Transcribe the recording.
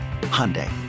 Hyundai